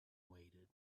waited